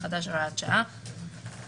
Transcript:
חוששים מזיופים.